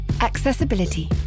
Accessibility